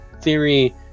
theory